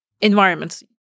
environments